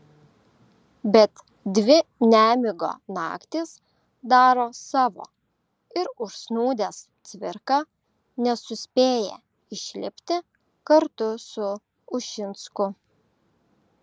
bet dvi nemigo naktys daro savo ir užsnūdęs cvirka nesuspėja išlipti kartu su ušinsku